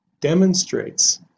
demonstrates